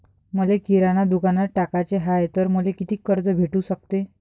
मले किराणा दुकानात टाकाचे हाय तर मले कितीक कर्ज भेटू सकते?